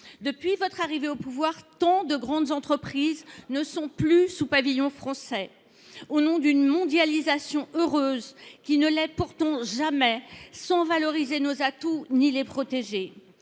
Depuis votre arrivée au pouvoir, tant de grandes entreprises ne sont plus sous pavillon français, au nom d’une mondialisation heureuse qui ne l’est pourtant jamais, sans que nos atouts aient été